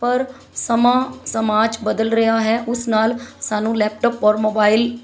ਪਰ ਸਮਾਂ ਸਮਾਜ ਬਦਲ ਰਿਹਾ ਹੈ ਉਸ ਨਾਲ ਸਾਨੂੰ ਲੈਪਟਾਪ ਔਰ ਮੋਬਾਈਲ